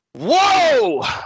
whoa